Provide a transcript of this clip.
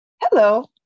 Hello